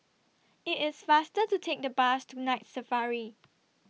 IT IS faster to Take The Bus to Night Safari